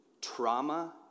trauma